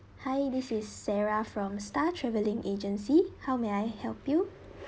hi this is sarah from star travelling agency how may I help you